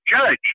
judge